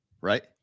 Right